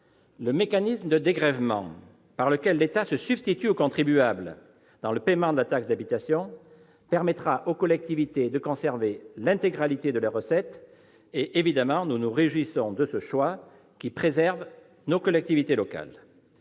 Le mécanisme de dégrèvement par lequel l'État se substitue au contribuable dans le paiement de la taxe d'habitation permettra aux collectivités locales de conserver l'intégralité de leurs recettes ; nous nous réjouissons de ce choix qui les préserve. Lors de l'examen,